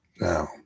Now